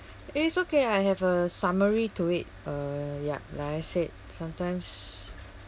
it's okay I have a summary to it uh ya like I said sometimes